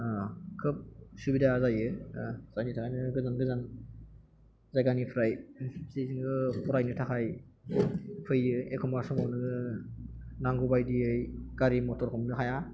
खोब सुबिदा जायो जायनि थाखायनो गोजान गोजान जायगानिफ्राय जि जोङो फरायनो थाखाय फैयो एखनबा समाव नोङो नांगौ बायदियै गारि मथर हमनो हाया